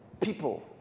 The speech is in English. people